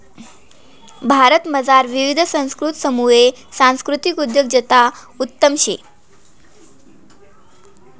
भारतमझार विविध संस्कृतीसमुये सांस्कृतिक उद्योजकता उत्तम शे